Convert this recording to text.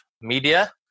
Media